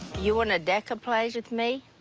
you wanna decoplage with me?